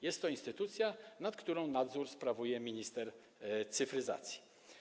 Jest to instytucja, nad którą nadzór sprawuje minister cyfryzacji.